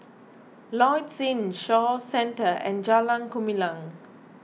Lloyds Inn Shaw Centre and Jalan Gumilang